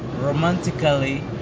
romantically